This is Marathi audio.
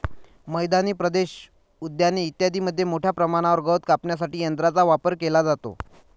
मैदानी प्रदेश, उद्याने इत्यादींमध्ये मोठ्या प्रमाणावर गवत कापण्यासाठी यंत्रांचा वापर केला जातो